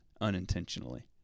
unintentionally